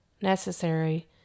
necessary